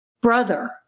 Brother